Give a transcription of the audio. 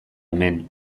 hemen